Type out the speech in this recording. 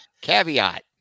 Caveat